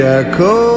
echo